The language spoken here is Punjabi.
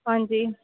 ਹਾਂਜੀ